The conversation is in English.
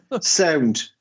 Sound